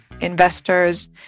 investors